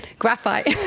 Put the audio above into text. graphite,